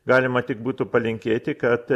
galima tik būtų palinkėti kad